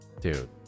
dude